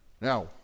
Now